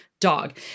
dog